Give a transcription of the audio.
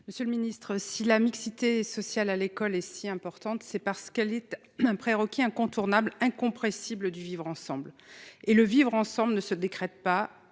Monsieur le Ministre si la mixité sociale à l'école est si importante, c'est parce qu'elle un prérequis incontournable incompressible du vivre ensemble et le vivre ensemble ne se décrète pas.